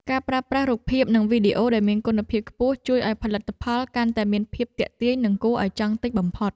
ការប្រើប្រាស់រូបភាពនិងវីដេអូដែលមានគុណភាពខ្ពស់ ជួយឱ្យផលិតផលកាន់តែមានភាពទាក់ទាញនិងគួរឱ្យចង់ទិញបំផុត។